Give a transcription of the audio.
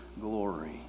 glory